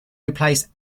replace